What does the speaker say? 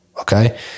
okay